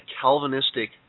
Calvinistic